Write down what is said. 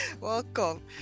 Welcome